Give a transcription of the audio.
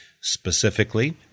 Specifically